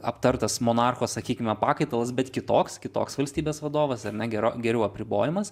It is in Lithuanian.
aptartas monarcho sakykime pakaitalas bet kitoks kitoks valstybės vadovas ar ne gero geriau apribojamas